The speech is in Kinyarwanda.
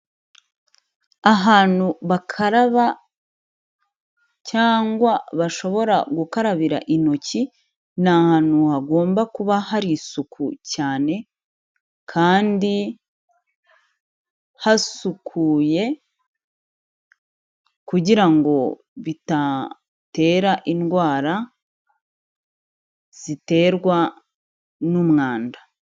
Ahantu bakaraba cyangwa bashobora gukarabira intoki, ni ahantu hagomba kuba hari isuku cyane kandi hasukuye kugira ngo bidatera indwara ziterwa n'umwanda.